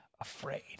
afraid